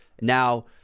Now